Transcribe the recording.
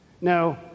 No